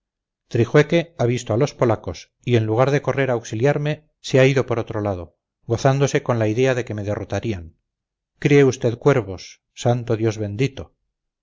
trijueque ha visto a los polacos y en lugar de correr a auxiliarme se ha ido por otro lado gozándose con la idea de que me derrotarían críe usted cuervos santo dios bendito